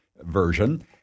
version